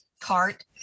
cart